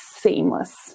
seamless